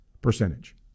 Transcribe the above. percentage